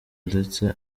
ndetse